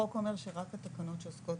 החוק אומר שרק התקנות שעוסקות